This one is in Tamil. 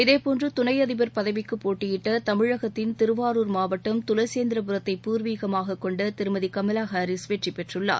இதேபோன்று துணை அதிபர் பதவிக்கு போட்டியிட்ட தமிழகத்தின் திருவாரூர் மாவட்டம் துளசேந்திரபுரத்தை பூர்வீகமாகக் கொண்ட திருமதி கமலா ஹாரிஸ் வெற்றி பெற்றுள்ளார்